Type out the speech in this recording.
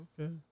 Okay